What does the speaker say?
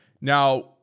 Now